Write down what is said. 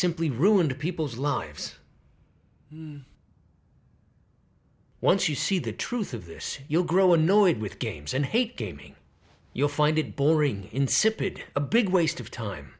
simply ruined people's lives once you see the truth of this you grow annoyed with games and hate gaming you'll find it boring incipit a big waste of time